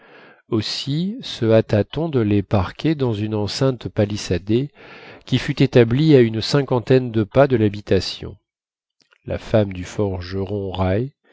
aussi se hâta t on de les parquer dans une enceinte palissadée qui fut établie à une cinquantaine de pas de l'habitation la femme du forgeron